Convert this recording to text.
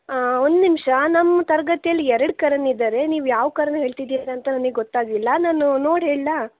ಒಂದ್ನಿಮಿಷ ನಮ್ಮ ತರಗತಿಯಲ್ಲಿ ಎರಡು ಕರಣ್ ಇದ್ದಾರೆ ನೀವು ಯಾವ ಕರಣ್ ಹೇಳ್ತಿದ್ದೀರಾ ಅಂತ ನಮಗೆ ಗೊತ್ತಾಗ್ಲಿಲ್ಲ ನಾನು ನೋಡಿ ಹೇಳಲಾ